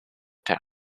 town